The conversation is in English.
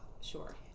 Sure